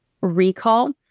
recall